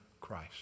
Christ